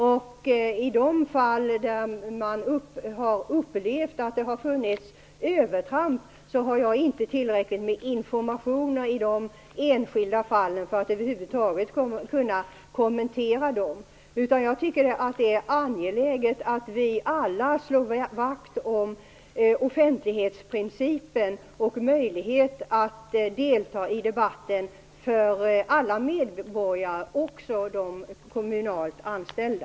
I de enskilda fall där man har upplevt att det har förekommit övertramp har jag inte tillräckligt med information för att över huvud taget kunna kommentera dem. Jag tycker att det är angeläget att vi alla slår vakt om offentlighetsprincipen och möjligheten för alla medborgare att delta i debatten, även de kommunalt anställda.